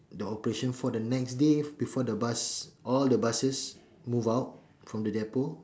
the operation for the next day before the bus all the buses move out from the depot